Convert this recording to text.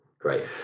great